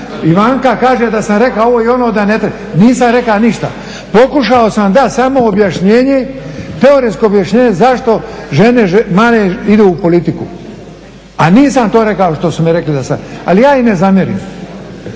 kaže da sam rekao ovo i ono, da ne treba, nisam rekao ništa. Pokušao sam dati samo objašnjenje, teoretsko objašnjenje zašto žene manje idu u politiku. A nisam to rekao što su mi rekli da sam, ali ja im ne zamjeram.